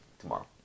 tomorrow